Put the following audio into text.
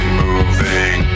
moving